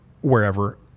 wherever